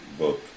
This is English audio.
book